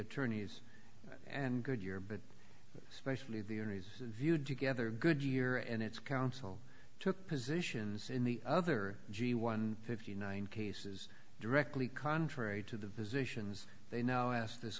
attorneys and goodyear but especially the unis viewed together good year and it's counsel took positions in the other g one fifty nine cases directly contrary to the positions they now asked this